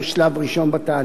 שלב ראשון בתהליך.